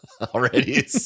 Already